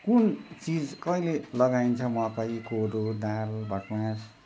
कुन चिज कहिले लगाइन्छ मकै कोदो दाल भट्मास